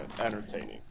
entertaining